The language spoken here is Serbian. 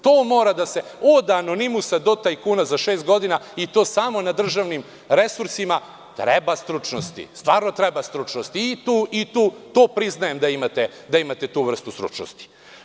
To mora da se, od anonimusa, do tajkuna za šest godina i to samo na državnim resursima, treba stručnosti, stvarno treba stučnosti i tu priznajem da imate tu vrstu stručnosti.